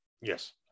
Yes